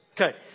Okay